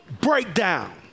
breakdown